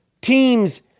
teams